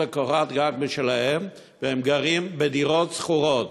לקורת גג משלהם והם גרים בדירות שכורות.